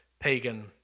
Pagan